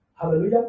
hallelujah